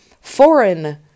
foreign